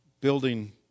building